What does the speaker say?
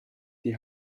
die